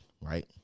Right